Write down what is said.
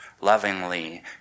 lovingly